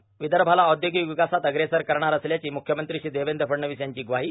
र्वदभाला औदर्योगिक र्वकासात अग्रेसर करणार असल्याची मुख्यमंत्री श्री देवद्र फडणवीस यांची ग्वाहो